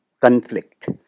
conflict